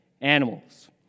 animals